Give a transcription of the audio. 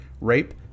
rape